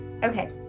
Okay